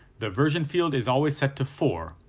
the version field is always set to four,